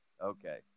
Okay